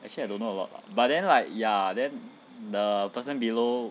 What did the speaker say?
actually I don't know a lot lah but then like ya then the person below